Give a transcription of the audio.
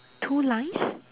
two lines